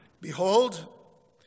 Behold